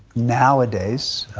nowadays,